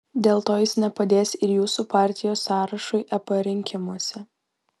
dėl to jis nepadės ir jūsų partijos sąrašui ep rinkimuose